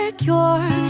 cure